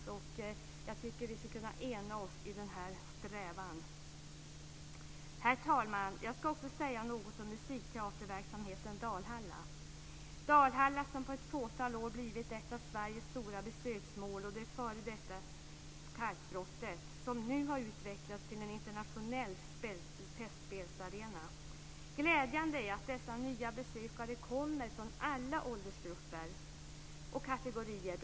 Jag tycker att vi skulle kunna enas oss i den strävan. Herr talman! Jag ska också säga något om musikteaterverksamheten Dalhalla. Dalhalla har på ett fåtal år blivit ett av Sveriges stora besöksmål. Det f.d. kalkbrottet har nu utvecklats till en internationell festspelsarena. Glädjande är att dessa nya besökare kommer från alla åldersgrupper och kategorier.